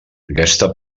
aquesta